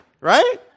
right